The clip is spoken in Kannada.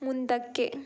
ಮುಂದಕ್ಕೆ